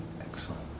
Excellent